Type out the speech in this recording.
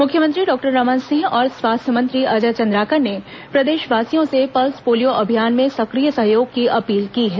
मुख्यमंत्री डॉक्टर रमन सिंह और स्वास्थ्य मंत्री अजय चंद्राकर ने प्रदेशवासियों से पल्स पोलियो अभियान में सक्रिय सहयोग की अपील की है